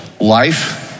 life